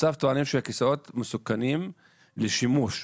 בנוסף טוענים שהכיסאות מסוכנים לשימוש.